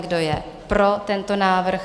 Kdo je pro tento návrh?